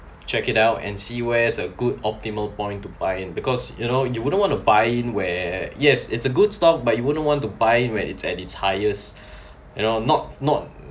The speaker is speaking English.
check it out and see where's a good optimal point to buy in because you know you wouldn't want to buy in where yes it's a good stuff but you wouldn't want to buy in when it's at its highest you know not not